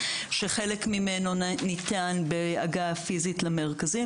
שחלק ממנו ניתן בהגעה פיזית למרכזים,